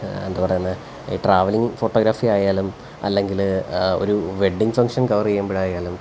എന്താ പറയുന്നത് travelling photography ആയാലും അല്ലെങ്കില് ഒരു വെഡിങ് ഫങ്ഷന് കവറ് ചെയ്യുമ്പഴായാലും